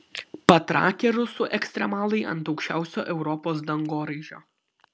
patrakę rusų ekstremalai ant aukščiausio europos dangoraižio